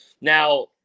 Now